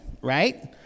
right